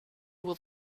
will